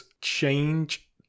change